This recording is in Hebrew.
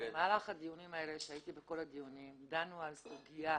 במהלך הדיונים האלה והשתתפתי בכל הדיונים דנו על סוגיית